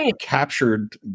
captured